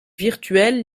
virtuel